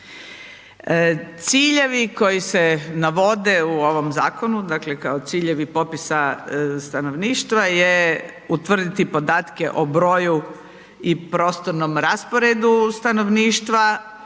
Ciljevi koji se navode u ovom zakonu, dakle kao ciljevi popisa stanovništva je utvrditi podatke o broju i prostornom rasporedu stanovništva,